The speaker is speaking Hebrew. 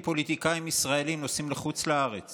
ראיתי פוליטיקאים ישראלים נוסעים לחוץ לארץ